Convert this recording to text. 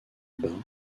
bain